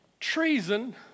Treason